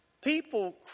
people